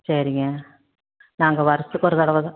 சரிங்க நாங்கள் வருஷத்துக்கு ஒரு தடவை தான்